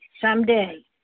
someday